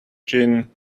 chin